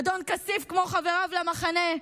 אדון כסיף, כמו חבריו למחנה,